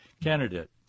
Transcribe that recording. candidate